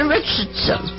Richardson